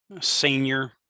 senior